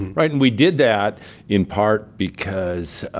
right? and we did that in part because